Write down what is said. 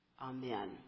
Amen